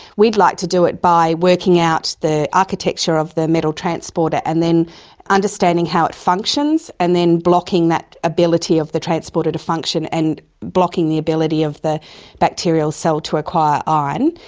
we'd like to do it by working out the architecture of the metal transporter and then understanding how it functions and then blocking that ability of the transporter to function and blocking the ability of the bacterial cell to acquire iron.